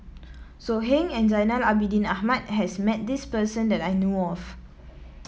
So Heng and Zainal Abidin Ahmad has met this person that I know of